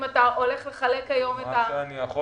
אתה הולך לחלק היום --- מה שאני יכול